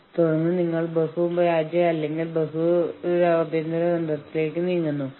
ഞങ്ങളുടെ മാനേജ്മെന്റ് ഞങ്ങളെ പിന്തുണയ്ക്കുന്നുണ്ടെങ്കിലും ഞങ്ങളും സമരത്തിലേക്ക് പോകും